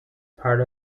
part